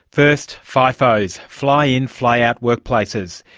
first fifos fly-in, fly-out workplaces.